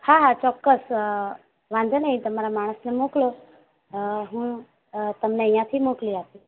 હા હા ચોક્કસ વાંધો નહીં તમારાં માણસને મોકલો હું તમને અહીંયાથી મોકલી આપું